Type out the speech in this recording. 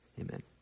amen